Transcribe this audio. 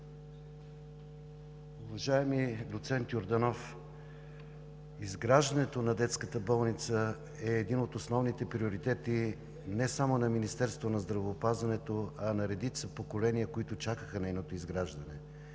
Уважаеми доцент Йорданов, изграждането на Детската болница е един от основните приоритети не само на Министерството на здравеопазването, а на редица поколения, които чакаха нейното изграждане.